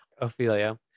ophelia